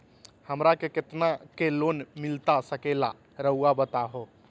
हमरा के कितना के लोन मिलता सके ला रायुआ बताहो?